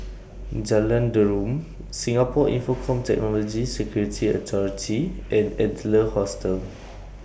Jalan Derum Singapore Infocomm Technology Security Authority and Adler Hostel